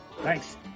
Thanks